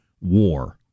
war